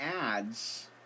adds